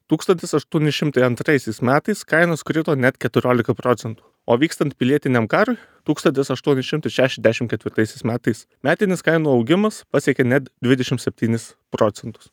tūkstantis aštuoni šimtai antraisiais metais kainos krito net keturiolika procentų o vykstant pilietiniam karui tūkstantis aštuoni šimtai šešiasdešim ketvirtaisiais metais metinis kainų augimas pasiekė net dvidešim septynis procentus